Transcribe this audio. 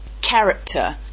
character